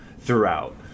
throughout